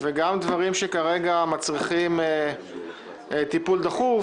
וגם דברים שכרגע מצריכים טיפול דחוף.